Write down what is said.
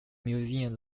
museum